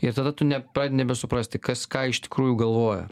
ir tada tu ne pradedi nebesuprasti kas ką iš tikrųjų galvoja